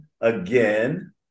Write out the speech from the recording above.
again